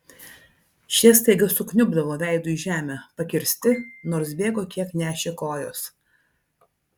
šie staiga sukniubdavo veidu į žemę pakirsti nors bėgo kiek nešė kojos